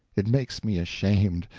it makes me ashamed.